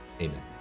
Amen